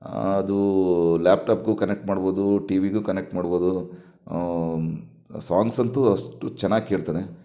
ಅದು ಲ್ಯಾಪ್ಟಾಪ್ಗೂ ಕನೆಕ್ಟ್ ಮಾಡ್ಬೌದು ಟಿವಿಗೂ ಕನೆಕ್ಟ್ ಮಾಡ್ಬೌದು ಸಾಂಗ್ಸ್ ಅಂತು ಅಷ್ಟು ಚೆನ್ನಾಗಿ ಕೇಳ್ತದೆ